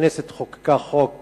הכנסת חוקקה חוק